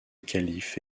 calife